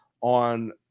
on